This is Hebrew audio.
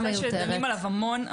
זה נושא שדנים עליו המון.